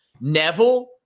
Neville